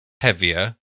heavier